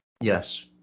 Yes